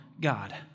God